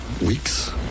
weeks